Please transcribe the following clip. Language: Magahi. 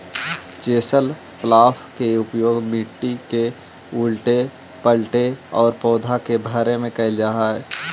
चेसल प्लॉफ् के उपयोग मट्टी के उलऽटे पलऽटे औउर पौधा के भरे में कईल जा हई